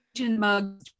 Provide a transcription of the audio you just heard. mug